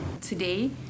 today